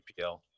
GPL